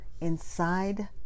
Inside